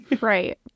Right